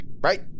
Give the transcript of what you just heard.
right